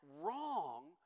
wrong